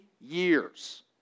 years